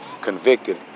convicted